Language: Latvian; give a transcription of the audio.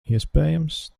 iespējams